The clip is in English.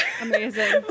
Amazing